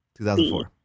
2004